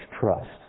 trust